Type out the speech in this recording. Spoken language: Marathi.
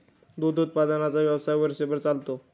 दूध उत्पादनाचा व्यवसाय वर्षभर चालतो